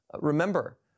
Remember